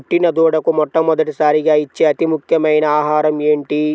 పుట్టిన దూడకు మొట్టమొదటిసారిగా ఇచ్చే అతి ముఖ్యమైన ఆహారము ఏంటి?